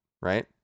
Right